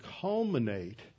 culminate